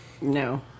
No